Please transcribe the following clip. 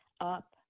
up